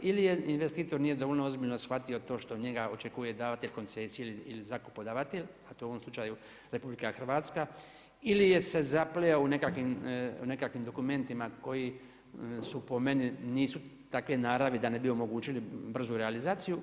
Ili investitor nije dovoljno ozbiljno shvatio to što njega očekuje davati koncesije ili zakupodavatelj, a to je u ovom slučaju RH ili se zapleo u nekakvim dokumentima koji su po meni nisu takve naravi da ne bi omogućili brzu realizaciju.